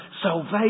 salvation